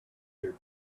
their